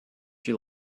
you